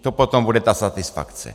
To potom bude ta satisfakce.